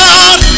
God